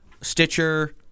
Stitcher